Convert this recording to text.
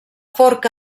forca